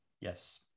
Yes